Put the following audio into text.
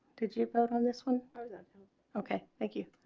did you bet on this one. okay. thank you